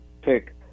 pick